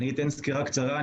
אני אתן סקירה קצרה.